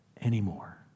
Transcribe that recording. anymore